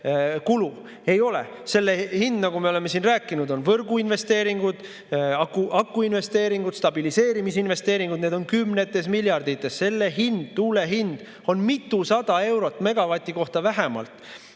kulu. Ei ole, selle hind, nagu me oleme siin rääkinud, on võrguinvesteeringud, akuinvesteeringud, stabiliseerimisinvesteeringud. Need [kulud] on kümnetes miljardites. Selle tuule[energia] hind on mitusada eurot megavati kohta vähemalt.